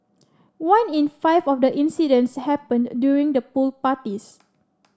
one in five of the incidents happened during the pool parties